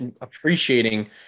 appreciating